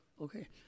okay